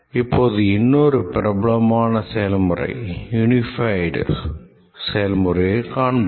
இப்போது இன்னொரு பிரபலமான செயல்முறை யுனிபைடு செயல்முறையை காண்போம்